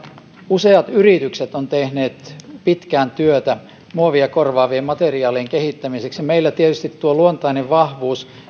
useat yritykset ovat tehneet pitkään työtä muovia korvaavien materiaalien kehittämiseksi meillä tietysti tuo luontainen vahvuus